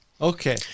Okay